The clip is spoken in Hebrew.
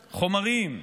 חומרים,